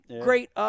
great